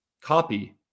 copy